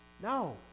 No